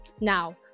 Now